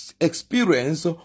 experience